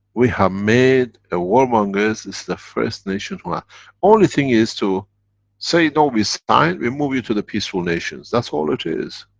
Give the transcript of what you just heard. we have made a warmongers, this is the first nation. only thing is to say it no, we sign, we are move you to the peaceful nations. that's all it is.